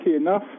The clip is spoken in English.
enough